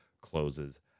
closes